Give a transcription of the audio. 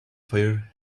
fire